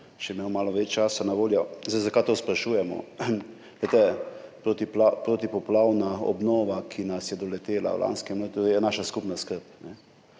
bo imel še malo več časa na voljo. Zakaj to sprašujemo? Protipoplavna obnova, ki nas je doletela v lanskem letu, je naša skupna skrb.